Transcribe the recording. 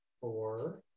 four